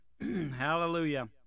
Hallelujah